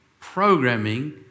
programming